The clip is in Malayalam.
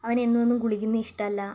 അവന് എന്നും എന്നും കുളിക്കുന്ന ഇഷ്ട്ടമല്ല